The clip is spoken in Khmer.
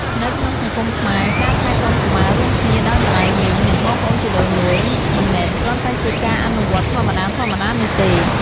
នៅក្នុងសង្គមខ្មែរ ការថែទាំកុមាររួមគ្នាដោយម្ដាយមីង និងបងប្អូនជីដូនមួយ មិនមែនគ្រាន់តែជាការអនុវត្តន៍ធម្មតាៗនោះទេ។